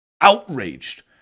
outraged